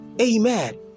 Amen